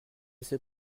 sait